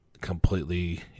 completely